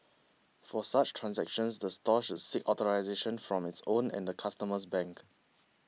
for such transactions the store should seek authorisation from its own and the customer's bank